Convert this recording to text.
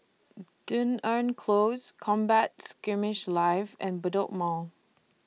Dunearn Close Combat Skirmish Live and Bedok Mall